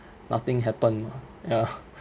nothing happen mah ya